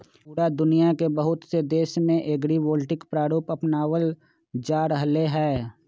पूरा दुनिया के बहुत से देश में एग्रिवोल्टिक प्रारूप अपनावल जा रहले है